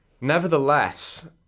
Nevertheless